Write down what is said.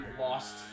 lost